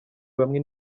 bamwe